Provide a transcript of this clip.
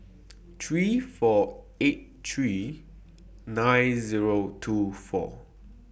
three four eight three nine Zero two four